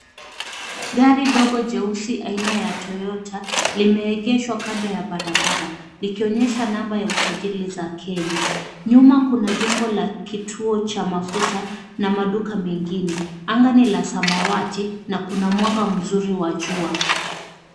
Gari ndogo jeusi aina ya Toyota, limeegeshwa kando ya barabara, likionyesha namba ya usajili za Kenya. Nyuma kuna jengo la kituo cha mafuta na maduka mengine. Anga ni la samawati, na kuna mwanga mzuri wa jua.